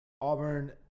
Auburn